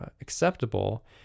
acceptable